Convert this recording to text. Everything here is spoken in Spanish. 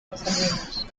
los